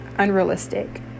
unrealistic